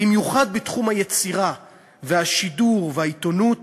במיוחד בתחום היצירה והשידור והעיתונות,